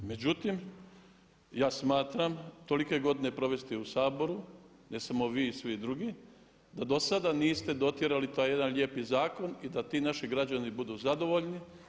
Međutim, ja smatram tolike godine provesti u Saboru, ne samo vi i svi drugi da do sada niste dotjerali taj jedan lijepi zakon i da ti naši građani budu zadovoljni.